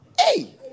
hey